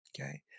okay